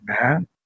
man